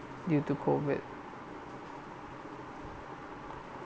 due to COVID